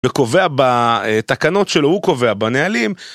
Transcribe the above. וקובע בתקנות שלו, הוא קובע בנהלים.